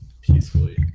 peacefully